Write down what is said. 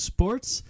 Sports